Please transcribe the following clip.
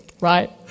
right